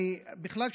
בכלל,